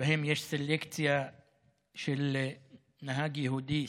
שבהם יש סלקציה של נהג יהודי,